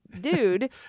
dude